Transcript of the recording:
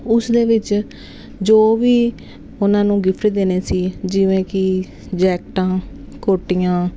ਉਸ ਦੇ ਵਿੱਚ ਜੋ ਵੀ ਉਹਨਾਂ ਨੂੰ ਗਿਫਟ ਦੇਣੇ ਸੀ ਜਿਵੇਂ ਕਿ ਜੈਕਟਾਂ ਕੋਟੀਆਂ